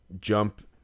jump